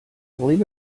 believe